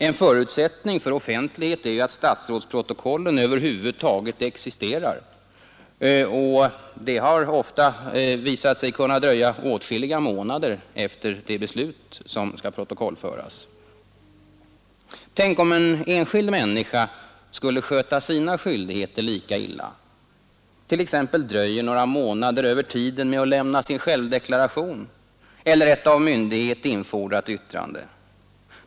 En förutsättning för offentlighet är att statsrådsprotokollen över huvud taget existerar, och de har ofta visat sig kunna dröja åtskilliga månader efter de beslut som skall protokollföras. Tänk om en enskild människa skulle sköta sina skyldigheter lika illa, t.ex. dröja några månader över tiden med att lämna sin deklaration eller ett av myndighet infordrat yttrande!